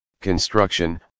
construction